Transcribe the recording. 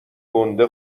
گنده